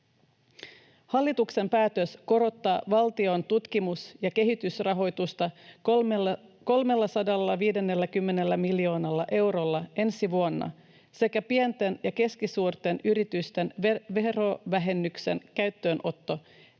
Hallituksen päätös korottaa valtion tutkimus- ja kehitysrahoitusta 350 miljoonalla eurolla ensi vuonna sekä pienten ja keskisuurten yritysten verovähennyksen käyttöönotto